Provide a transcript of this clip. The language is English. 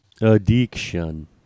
Addiction